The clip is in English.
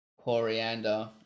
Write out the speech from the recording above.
Coriander